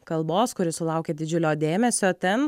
kalbos kuri sulaukė didžiulio dėmesio ten